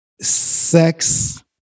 sex